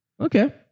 Okay